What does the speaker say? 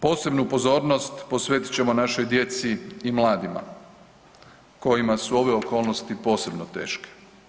Posebnu pozornost posvetit ćemo našoj djeci i mladima kojima su ove okolnosti posebno teške.